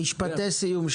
משפטי סיום.